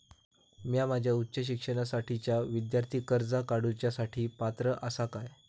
म्या माझ्या उच्च शिक्षणासाठीच्या विद्यार्थी कर्जा काडुच्या साठी पात्र आसा का?